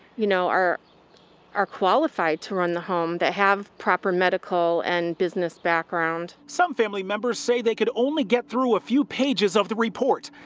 you know now, are qualified to run the home, that have proper medical and business background. some family members say they could only get through a few pages of the report.